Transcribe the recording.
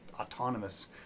autonomous